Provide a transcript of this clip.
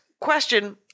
question –